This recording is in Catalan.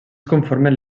conformen